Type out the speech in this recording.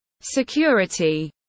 security